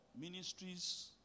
ministries